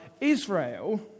Israel